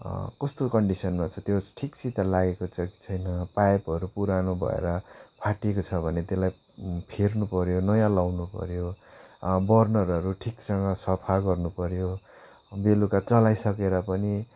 कस्तो कन्डिसनमा छ त्यो ठिकसित लागेको छ कि छैन पाइपहरू पुरानो भएर फाटेको छ भने त्यसलाई फेर्नुपर्यो नयाँ लगाउनुपर्यो बर्नरहरू ठिकसँग सफा गर्नुपर्यो बेलुका चलाइसकेर पनि